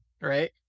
Right